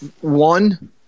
One